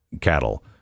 cattle